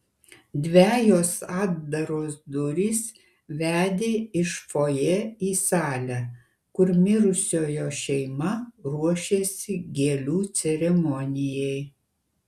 dvejos atdaros durys vedė iš fojė į salę kur mirusiojo šeima ruošėsi gėlių ceremonijai